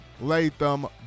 Latham